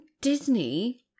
Disney